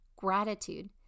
Gratitude